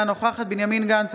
אינה נוכחת בנימין גנץ,